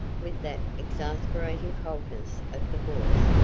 with that exasperating coldness of the voice,